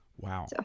Wow